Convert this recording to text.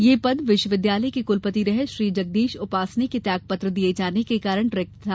ये पद विश्वविद्यालय के कुलपति रहे श्री जगदीश उपासने के त्यागपत्र दिए जाने के कारण रिक्त था